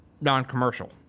non-commercial